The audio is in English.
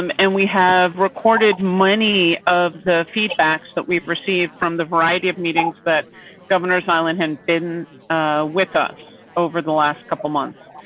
um and we have recorded many of the feedbacks that we've received from the variety of meetings. but governors island had been with us over the last couple of months.